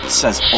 says